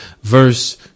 verse